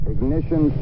Ignition